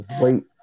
wait